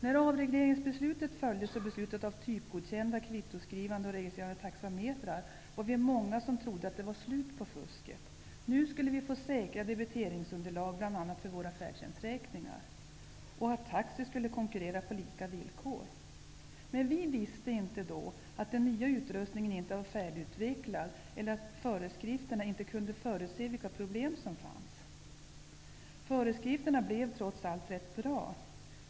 När avregleringsbeslutet följdes av beslutet om typgodkända kvittoskrivande och registrerande taxametrar var vi många som trodde att det var slut på fusket. Nu skulle vi få säkra debiteringsunderlag bl.a. för våra färdtjänsträkningar och taxi skulle konkurrera på lika villkor. Men vi visste inte då att den nya utrustningen inte var färdigutvecklad eller att föreskrifterna inte kunde förutse vilka problem som fanns. Föreskrifterna blev trots allt rätt bra.